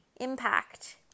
impact